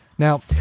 Now